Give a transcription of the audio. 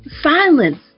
silence